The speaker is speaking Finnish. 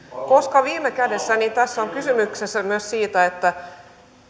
koska viime kädessä tässä on kysymys myös siitä että